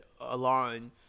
alone